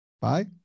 bye